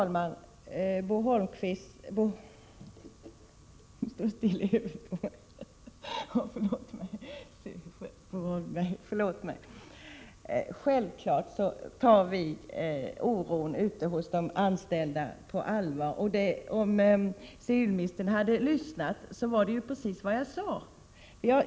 Herr talman! Självfallet tar vi oron hos de anställda på allvar, Bo Holmberg. Det var precis vad jag sade; det hade civilministern hört om han hade lyssnat.